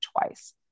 twice